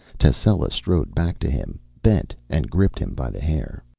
tascela strode back to him, bent and gripped him by the hair.